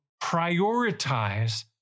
prioritize